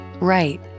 Right